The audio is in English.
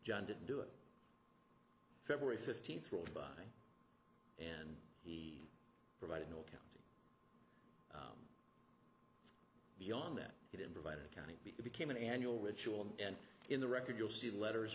john didn't do it february fifteenth world by and he provided no account beyond that he didn't provide accounting became an annual ritual and in the record you'll see letters